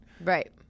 Right